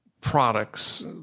products